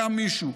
קם מישהו,